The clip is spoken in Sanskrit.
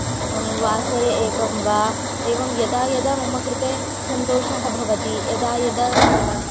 वासरे एकं वा यदा यदा मम कृते सन्तोषः भवति यदा यदा